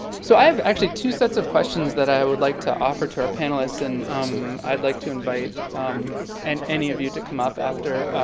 so i have two sets of questions that i would like to offer to our panelist and um i would like to invite and any of you to come up after